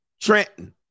Trenton